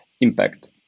impact